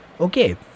Okay